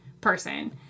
person